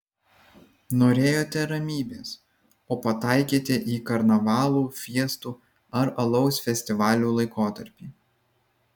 norėjote ramybės o pataikėte į karnavalų fiestų ar alaus festivalių laikotarpį